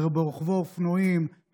ברוכבי אופנועים,